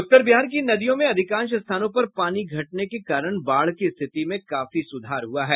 उत्तर बिहार की नदियों में अधिकांश स्थानों पर पानी घटने के कारण बाढ़ की स्थिति में काफी सुधार हुआ है